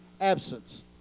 absence